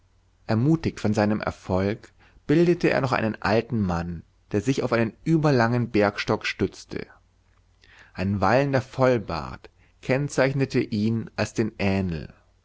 ermutigt von seinem erfolg bildete er noch einen alten mann der sich auf einen überlangen bergstock stützte ein wallender vollbart kennzeichnete ihn als den